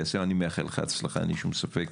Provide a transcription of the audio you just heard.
היושב-ראש, אני מאחל לך הצלחה, אין לי שום ספק